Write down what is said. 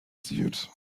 suit